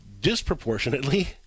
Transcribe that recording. disproportionately